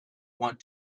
want